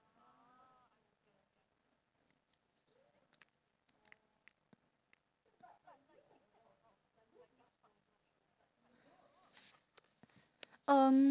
(u~)